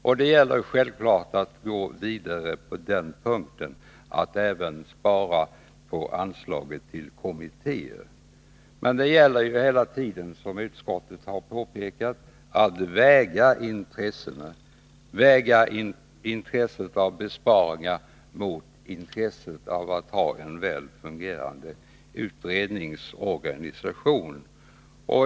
Vi måste självfallet gå vidare även när det gäller att spara på anslaget till kommittéer. Men det gäller hela tiden, som utskottet har påpekat, att väga intressena mot varandra, att väga intresset för besparingar mot intresset för att ha en väl fungerande utredningsorganisation.